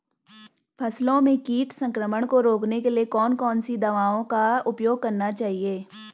फसलों में कीट संक्रमण को रोकने के लिए कौन कौन सी दवाओं का उपयोग करना चाहिए?